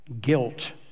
guilt